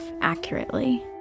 accurately